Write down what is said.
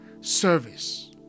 service